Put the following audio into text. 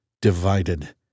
divided